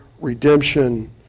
redemption